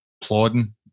plodding